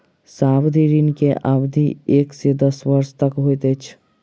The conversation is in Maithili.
सावधि ऋण के अवधि एक से दस वर्ष तक होइत अछि